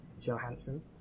Johansson